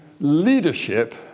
leadership